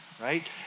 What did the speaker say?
right